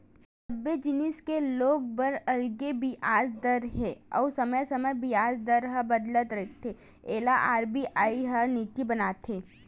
सबे जिनिस के लोन बर अलगे बियाज दर हे अउ समे समे बियाज दर ह बदलत रहिथे एला आर.बी.आई ह नीति बनाथे